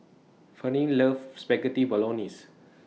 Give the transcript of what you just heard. Ferne loves Spaghetti Bolognese